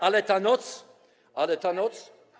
Ale ta noc, ale ta noc.